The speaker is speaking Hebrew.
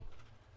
מי שמכיר את